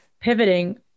pivoting